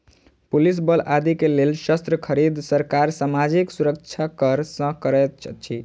police बल आदि के लेल शस्त्र खरीद, सरकार सामाजिक सुरक्षा कर सँ करैत अछि